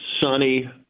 sunny